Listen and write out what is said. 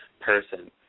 person